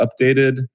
updated